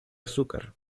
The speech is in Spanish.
azúcar